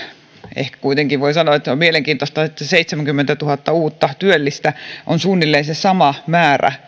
ehkä kuitenkin voi sanoa että on mielenkiintoista että seitsemänkymmentätuhatta uutta työllistä on suunnilleen se sama määrä